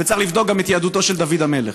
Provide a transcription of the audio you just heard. וצריך לבדוק גם את יהדותו של דוד המלך.